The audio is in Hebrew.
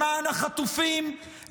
למען החטופים,